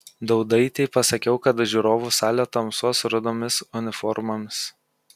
daudaitei pasakiau kad žiūrovų salė tamsuos rudomis uniformomis